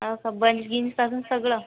असं बनजींपासून सगळं